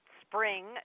spring